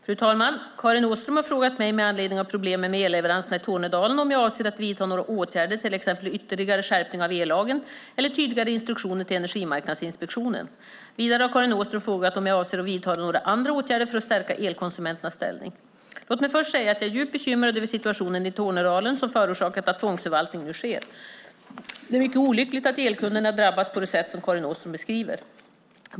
Fru talman! Karin Åström har frågat mig, med anledning av problemen med elleveranserna i Tornedalen, om jag avser att vidta några åtgärder, till exempel ytterligare skärpning av ellagen eller tydligare instruktioner till Energimarknadsinspektionen. Vidare har Karin Åström frågat om jag avser att vidta några andra åtgärder för att stärka elkonsumenternas ställning. Låt mig först säga att jag är djupt bekymrad över situationen i Tornedalen, som förorsakat att tvångsförvaltning nu sker. Det är mycket olyckligt att elkunderna drabbas på det sätt som Karin Åström beskriver.